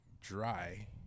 dry